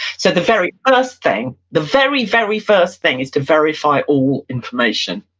so the very first thing, the very, very first thing is to verify all information.